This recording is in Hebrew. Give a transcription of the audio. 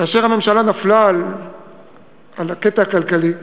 כאשר הממשלה נפלה על הקטע הכלכלי.